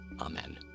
Amen